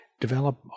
develop